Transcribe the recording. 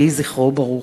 יהי זכרו ברוך.